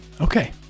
Okay